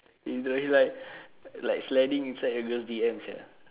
you know he's like like sliding inside a girl D M sia